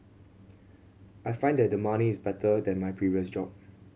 I find that the money is better than my previous job